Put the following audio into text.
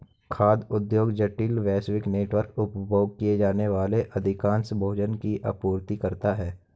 खाद्य उद्योग जटिल, वैश्विक नेटवर्क, उपभोग किए जाने वाले अधिकांश भोजन की आपूर्ति करता है